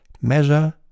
measure